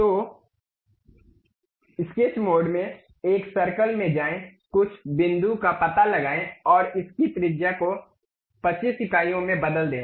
तो sketch mode में एक सर्कल में जाएं कुछ बिंदु का पता लगाएं और इसकी त्रिज्या को 25 इकाइयों में बदल दें